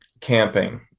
camping